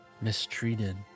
mistreated